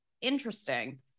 interesting